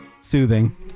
Soothing